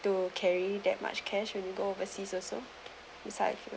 to carry that much cash when you go overseas also beside